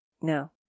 No